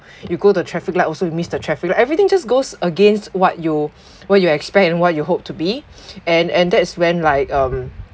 you go the traffic light also you miss the traffic light everything just goes against what you what you expect and what you hope to be and and that's when like um